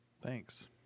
thanks